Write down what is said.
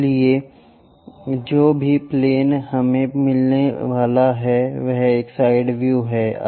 इसलिए जो भी प्लेन हमें मिलने वाला है वह एक साइड व्यू है